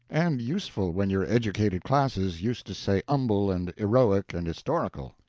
and useful when your educated classes used to say umble, and eroic, and istorical.